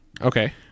Okay